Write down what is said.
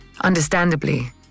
Understandably